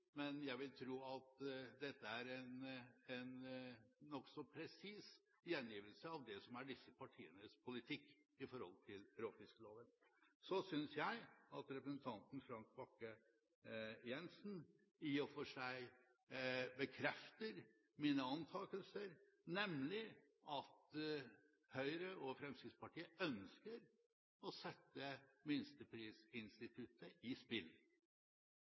men jeg vil tro at dette er en nokså presis gjengivelse av det som er disse partienes politikk i forhold til råfiskloven. Så synes jeg at representanten Frank Bakke-Jensen i og for seg bekrefter mine antakelser, nemlig at Høyre og Fremskrittspartiet ønsker å sette minsteprisinstituttet i spill.